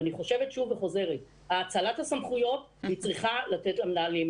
ואני חושבת שוב וחוזרת: האצלת הסמכויות צריכה להינתן למנהלים.